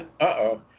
uh-oh